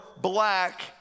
black